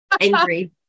angry